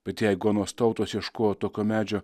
bet jeigu anos tautos ieškojo tokio medžio